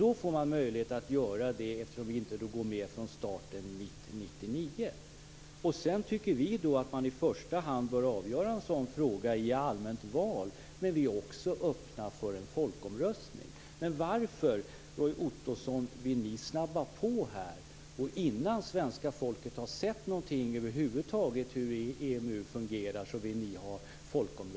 Då får man möjlighet att göra det eftersom vi inte går med från starten 1999. Sedan tycker vi att man i första hand bör avgöra en sådan fråga i allmänt val, men vi är också öppna för en folkomröstning. Varför vill ni snabba på här, Roy Ottosson? Innan svenska folket har sett någonting över huvud taget hur